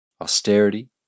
austerity